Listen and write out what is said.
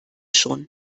schon